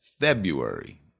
February